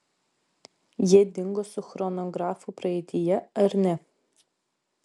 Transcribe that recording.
jie dingo su chronografu praeityje ar ne